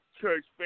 church